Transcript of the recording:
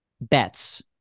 bets